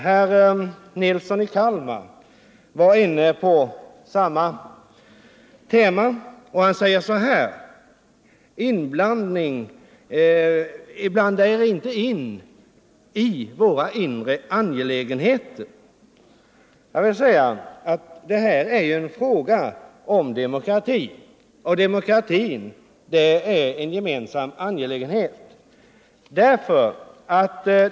Herr Nilsson i Kalmar var inne på samma tema och sade: Blanda er inte i våra inre angelägenheter! Men detta är ju en fråga om demokrati, och demokratin är en gemensam angelägenhet.